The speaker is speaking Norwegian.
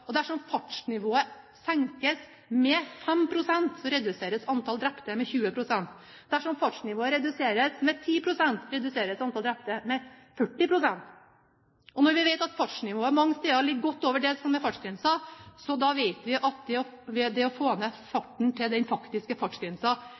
utslag. Dersom fartsnivået senkes med 5 pst., reduseres antall drepte med 20 pst., og dersom fartsnivået reduseres med 10 pst., reduseres antall drepte med 40 pst. Når vi vet at fartsnivået mange steder ligger godt over det som er fartsgrensen, vet vi også at det å få ned